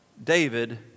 David